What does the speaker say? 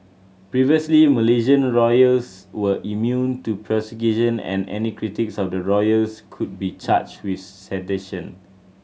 previously Malaysian royals were immune to prosecution and any critics of the royals could be charged with sedition